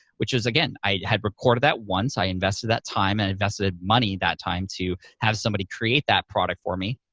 which is, again, i had recorded that once, i invested that time and invested money that time to have somebody create that product for me,